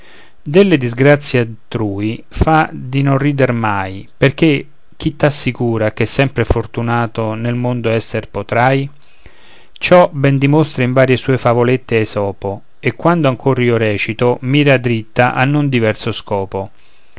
delle disgrazie altrui fa di non rider mai perché chi t'assicura che sempre fortunato nel mondo esser potrai ciò ben dimostra in varie sue favolette esopo e questa ancor ch'io recito mira diritta a non diverso scopo